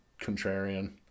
contrarian